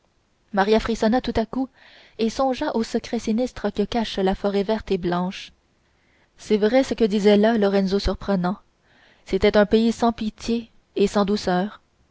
maria frissonna tout à coup et songea aux secrets sinistres que cache la forêt verte et blanche c'est vrai ce que disait là lorenzo surprenant c'était un pays sans pitié et sans douceur